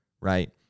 right